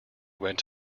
went